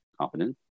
confidence